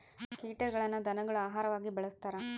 ಕೀಟಗಳನ್ನ ಧನಗುಳ ಆಹಾರವಾಗಿ ಬಳಸ್ತಾರ